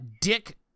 Dick